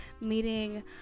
meeting